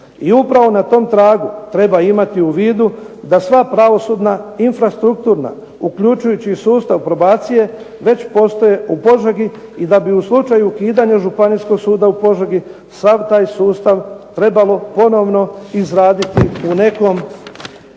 I upravo na tom tragu treba imati u vidu da sva pravosudna infrastrukturna uključujući i sustav probacije već postoje u Požegi i da bi u slučaju ukidanja Županijskog suda u Požegi, sav taj sustav trebalo ponovno izraditi u nekom